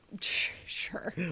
Sure